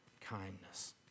kindness